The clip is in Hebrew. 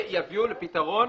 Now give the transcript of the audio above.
ויביאו לפתרון.